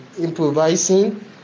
improvising